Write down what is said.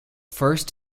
first